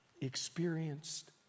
experienced